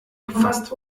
gefasst